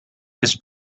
his